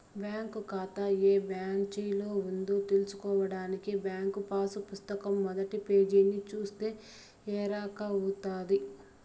bank కాతా ఏ బ్రాంచిలో ఉందో తెల్సుకోడానికి బ్యాంకు పాసు పుస్తకం మొదటి పేజీని సూస్తే ఎరకవుతది